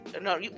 No